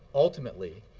ultimately,